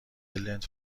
لنت